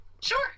Sure